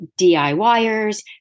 DIYers